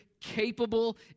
capable